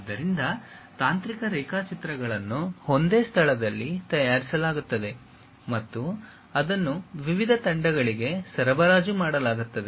ಆದ್ದರಿಂದ ತಾಂತ್ರಿಕ ರೇಖಾಚಿತ್ರಗಳನ್ನು ಒಂದೇ ಸ್ಥಳದಲ್ಲಿ ತಯಾರಿಸಲಾಗುತ್ತದೆ ಮತ್ತು ಅದನ್ನು ವಿವಿಧ ತಂಡಗಳಿಗೆ ಸರಬರಾಜು ಮಾಡಲಾಗುತ್ತದೆ